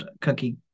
cookie